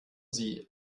sie